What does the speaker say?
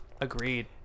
Agreed